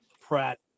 Pratt